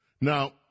Now